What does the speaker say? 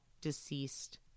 deceased